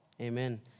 amen